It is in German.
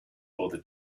oder